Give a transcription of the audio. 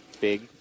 big